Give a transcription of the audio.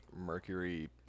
mercury